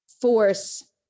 force